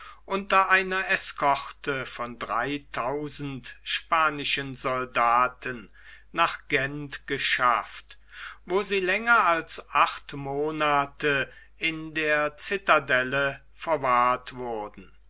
unter einer eskorte von dreitausend spanischen soldaten nach gent geschafft wo sie länger als acht monate in der citadelle verwahrt wurden